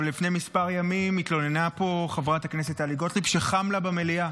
אבל לפני מספר ימים התלוננה פה חברת הכנסת טלי גוטליב שחם לה במליאה